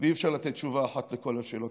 ואי-אפשר לתת תשובה אחת לכל השאלות,